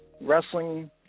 wrestling